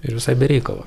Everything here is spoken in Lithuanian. ir visai be reikalo